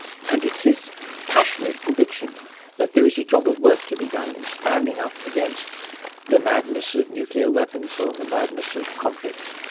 and it's his passionate conviction that there is a job of work to be done in standing up against the madness of nuclear weapons, or the madness of conflicts,